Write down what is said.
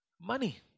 money